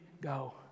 go